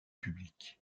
public